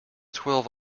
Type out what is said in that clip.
twelve